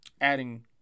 adding